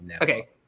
Okay